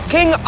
King